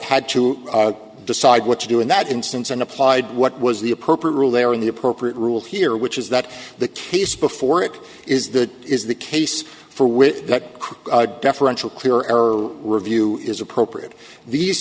had to decide what to do in that instance and applied what was the appropriate rule there in the appropriate rule here which is that the case before it is the is the case for which the crew deferential clear error or review is appropriate these